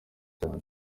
cyane